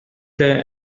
there